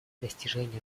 достижение